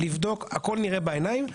הכל נראה בעיניים.